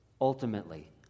ultimately